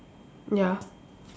ya